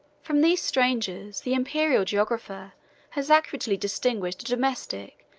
from these strangers the imperial geographer has accurately distinguished a domestic,